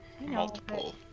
Multiple